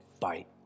fight